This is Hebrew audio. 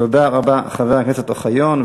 תודה רבה, חבר הכנסת אוחיון.